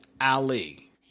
Ali